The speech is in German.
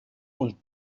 und